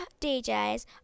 DJs